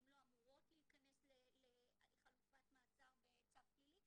הן לא אמורות להיכנס לחלופת מעצר בצו פלילי.